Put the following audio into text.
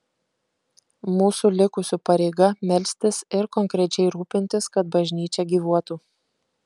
mūsų likusių pareiga melstis ir konkrečiai rūpintis kad bažnyčia gyvuotų